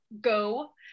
go